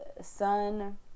sun